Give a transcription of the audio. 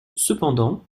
cependant